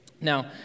Now